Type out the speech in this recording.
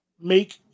make